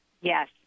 yes